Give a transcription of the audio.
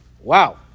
Wow